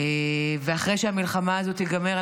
אחרי שהמלחמה הזאת תיגמר,